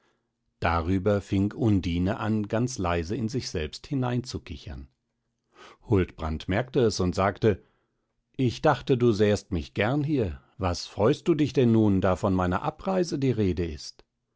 darüber fing undine an ganz leise in sich selbst hinein zu kichern huldbrand merkte es und sagte ich dachte du sähest mich gern hier was freust du dich denn nun da von meiner abreise die rede ist